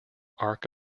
ark